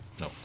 No